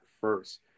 first